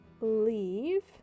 leave